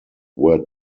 were